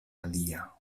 alia